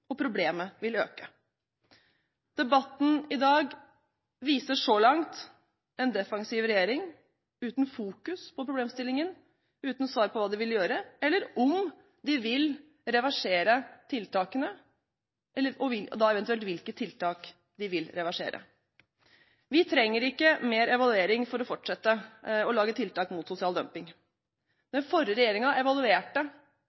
og problemet vil øke. Debatten i dag viser så langt en defensiv regjering, uten fokus på problemstillingen, uten svar på hva de vil gjøre, eller om de vil reversere tiltakene og da eventuelt hvilke tiltak de vil reversere. Vi trenger ikke mer evaluering for å fortsette å lage tiltak mot sosial dumping.